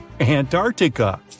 Antarctica